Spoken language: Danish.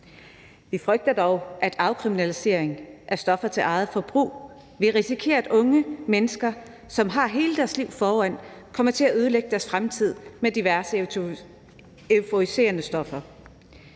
Vi frygter dog, at afkriminalisering af stoffer til eget forbrug vil risikere at gøre, at unge mennesker, der har hele deres liv foran sig, kommer til at ødelægge deres fremtid med diverse euforiserende stoffer.